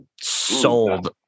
sold